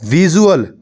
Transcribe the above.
visual